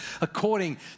according